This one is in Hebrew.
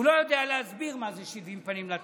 הוא לא יודע להסביר מה זה שבעים פנים לתורה.